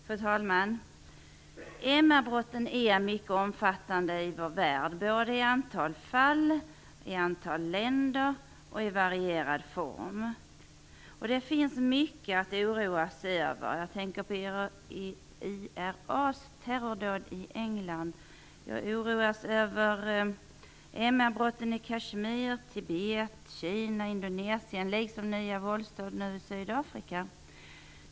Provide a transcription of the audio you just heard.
Fru talman! MR-brotten är mycket omfattande i vår värld, både i antal fall och i antal länder, och de förekommer i varierande former. Det finns mycket att oroa sig över. Jag tänker på IRA:s terrordåd i England och oroas över MR-brotten i Kashmir, Tibet, Kina och Indonesien, liksom över nya våldsdåd i Sydafrika.